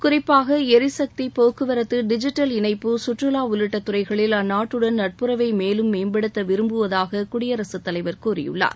குறிப்பாக ளிசக்தி போக்குவரத்து டிஜிட்டல் இணைப்பு சுற்றுலா உள்ளிட்ட துறைகளில் அந்நாட்டுடன் நட்புறவை மேலும் மேம்படுத்த விரும்புவதாக குயடிரசுத்தலைவர் கூறியுள்ளார்